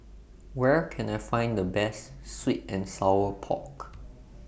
Where Can I Find The Best Sweet and Sour Pork